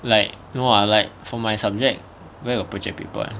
like no lah like for my subject where got project paper [one]